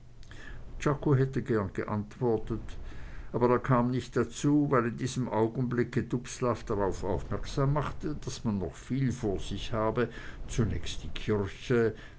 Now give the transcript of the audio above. czako hätte gern geantwortet aber er kam nicht dazu weil in diesem augenblicke dubslav darauf aufmerksam machte daß man noch viel vor sich habe zunächst die kirche